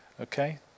Okay